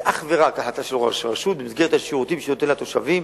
זה אך ורק החלטה של ראש רשות במסגרת השירותים שהוא נותן לתושבים,